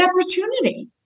opportunity